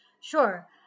Sure